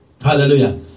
Hallelujah